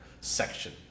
section